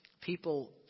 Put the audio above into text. people